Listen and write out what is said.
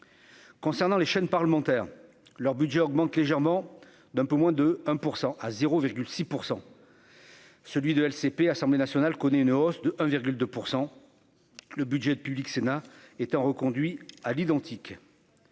concernant les chaînes parlementaires leur budget augmente légèrement d'un peu moins de 1 % à 0 virgule 6 % celui de LCP Assemblée nationale connaît une hausse de 1,2 pour 100, le budget de Public Sénat étant reconduit à l'identique,